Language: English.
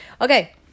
Okay